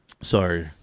Sorry